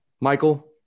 Michael